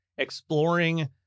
exploring